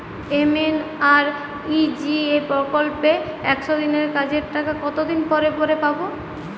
MNREGA প্রকল্পে একশ দিনের কাজের টাকা কতদিন পরে পরে পাব?